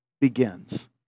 begins